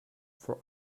for